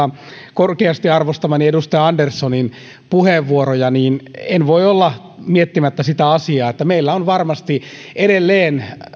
korkeasti arvostamani edustaja anderssonin puheenvuoroja niin en voi olla miettimättä sitä asiaa että meillä on varmasti edelleen